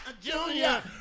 Junior